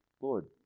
Lord